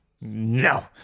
No